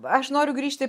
aš noriu grįžti